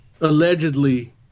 allegedly